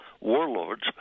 warlords